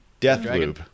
Deathloop